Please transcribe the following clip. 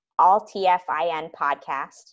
alltfinpodcast